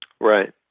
Right